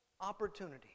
opportunity